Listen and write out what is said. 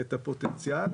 את הפוטנציאל.